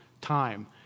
time